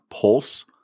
pulse